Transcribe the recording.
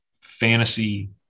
fantasy